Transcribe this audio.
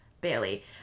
Bailey